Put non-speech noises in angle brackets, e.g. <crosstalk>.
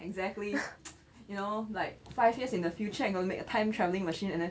exactly <noise> you know like five years in the future I'm going to make a time travelling machine and then